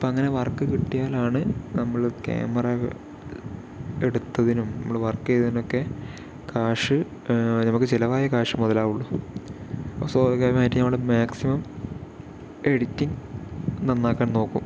അങ്ങനെ വർക്ക് കിട്ടിയാലാണ് നമ്മള് കേമറ എടുത്തതിനും നമ്മള് വർക്ക് ചെയ്തതിനൊക്കെ ക്യാഷ് നമുക്ക് ചെലവായ ക്യാഷ് മുതലാവുള്ളൂ അപ്പൊ സ്വാഭാവികമായിട്ട് നമ്മള് മാക്സിമം എഡിറ്റിങ് നന്നാക്കാൻ നോക്കും